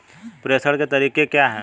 प्रेषण के तरीके क्या हैं?